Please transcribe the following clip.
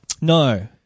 No